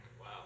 Wow